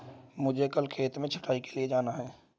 मुझे कल खेत में छटाई के लिए जाना है